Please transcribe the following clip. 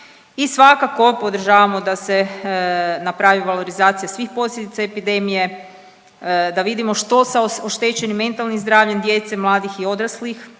I svakako podržavamo da se napravi valorizacija svih posljedica epidemije, da vidimo što sa oštećenim mentalnim zdravljem djece, mladih i odraslih.